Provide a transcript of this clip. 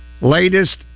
latest